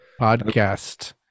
Podcast